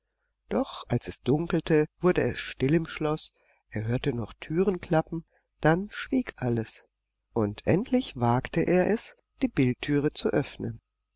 doch als es dunkelte wurde es still im schloß er hörte noch türen klappen dann schwieg alles und endlich wagte er es die bildtüre zu öffnen